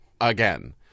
again